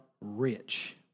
rich